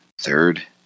Third